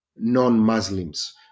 non-Muslims